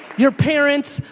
your parents,